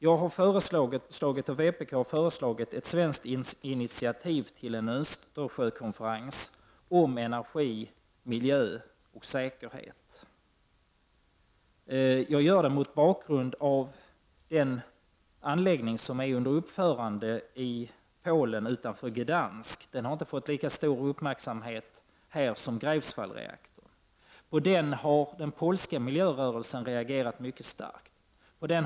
Jag och vpk har föreslagit ett svenskt initiativ till en Östersjökonferens om energi, miljö och säkerhet. Jag gör det mot bakgrund av den anläggning som är under uppförande i Polen utanför Gdansk. Den har inte fått lika stor uppmärksamhet här som reaktorerna i Greifswald. Den polska miljörörelsen har reagerat mycket starkt mot anläggningen utanför Gdansk.